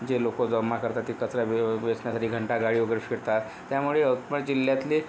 जे लोक जमा करतात ते कचरा वे वेचण्यासाठी घंटा गाडी वगैरे फिरतात त्यामुळे यवतमाळ जिल्ह्यातले